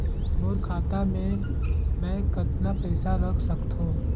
मोर खाता मे मै कतना पइसा रख सख्तो?